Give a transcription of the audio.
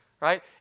right